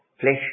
flesh